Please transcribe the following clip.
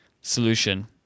solution